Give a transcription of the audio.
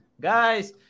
guys